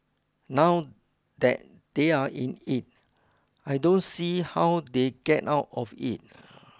now that they're in it I don't see how they get out of it